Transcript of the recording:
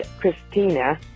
Christina